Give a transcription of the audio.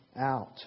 out